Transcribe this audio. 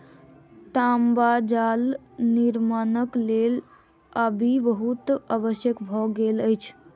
तांबा जाल निर्माणक लेल आबि बहुत आवश्यक भ गेल अछि